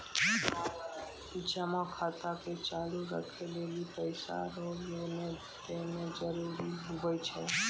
जमा खाता के चालू राखै लेली पैसा रो लेन देन जरूरी हुवै छै